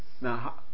Now